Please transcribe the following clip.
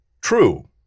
True